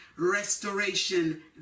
restoration